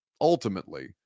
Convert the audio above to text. ultimately